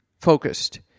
focused